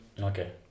Okay